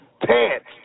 pants